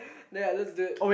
then I just do it